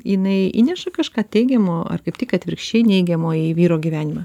jinai įneša kažką teigiamo ar kaip tik atvirkščiai neigiamo į vyro gyvenimą